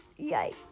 yikes